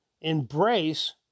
Embrace